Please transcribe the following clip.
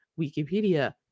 Wikipedia